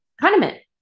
Condiment